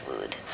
food